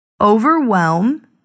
Overwhelm